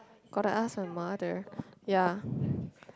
got to ask my mother ya